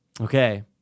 Okay